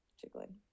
jiggling